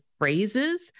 phrases